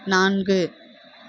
நான்கு